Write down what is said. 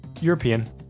European